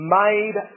made